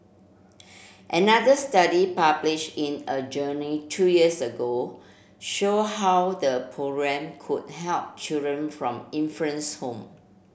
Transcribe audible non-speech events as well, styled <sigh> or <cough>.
another study publish in a journey two years ago show how the programme could help children from <unintelligible> home